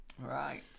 Right